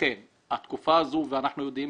לכן, התקופה הזו, ואנחנו יודעים